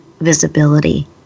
visibility